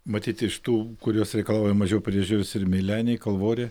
matyti iš tų kurios reikalauja mažiau priežiūros ir meileniai kalvorė